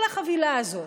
כל החבילה הזאת.